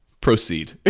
proceed